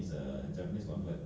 jepun punya orang ah